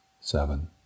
seven